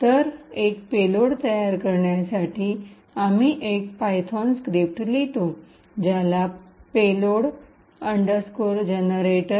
तर एक पेलोड तयार करण्यासाठी आम्ही एक पायथन स्क्रिप्ट लिहितो ज्याला पेलोड जेनेटर